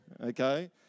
okay